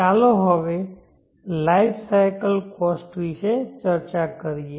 ચાલો હવે life cycle cost વિશે ચર્ચા કરીએ